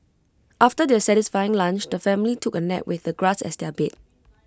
after their satisfying lunch the family took A nap with the grass as their bed